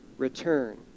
Return